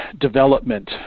development